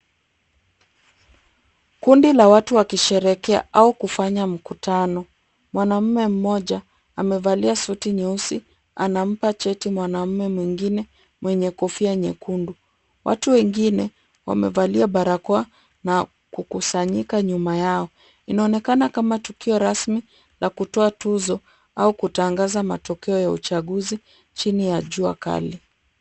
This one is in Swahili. Kundi la watu wa kisherehekea au kufanya mkutano. Mwanamme mmoja amevalia suti nyeusi, anampa cheti mwanamme mwingine mwenye kofia nyekundu. Watu wengine, wamevalia barakoa na kukusanyika nyuma yao. Inaonekana kama tukio rasmi la kutoa tuzo au kutangaza matokeo ya uchaguzi chini ya jua Kali.